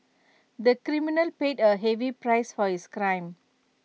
the criminal paid A heavy price for his crime